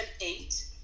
eight